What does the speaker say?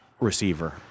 receiver